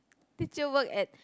did you work at